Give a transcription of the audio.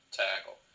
tackle